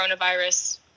coronavirus